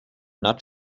nut